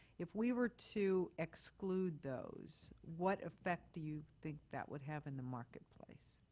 if we were to exclude those, what effect do you think that we'd have in the marketplace?